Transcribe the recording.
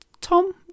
tom